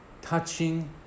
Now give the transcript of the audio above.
touching